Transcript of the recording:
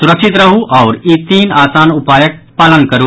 सुरक्षित रहू आओर ई तीन आसान उपायक पालन करू